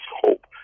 hope